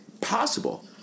possible